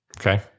okay